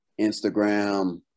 Instagram